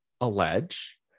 allege